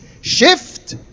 shift